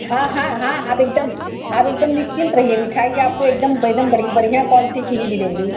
हाँ हाँ हाँ आप एकदम आप एकदम निश्चिंत रहिए मिठाई ए आपको एकदम बेदम बढ़ि बढ़ियाँ क्वालिटी की ही मिलेगी